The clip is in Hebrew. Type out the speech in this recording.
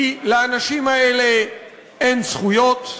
כי לאנשים האלה אין זכויות,